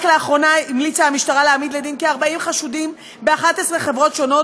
רק לאחרונה המליצה המשטרה להעמיד לדין כ-40 חשודים ב-11 חברות שונות,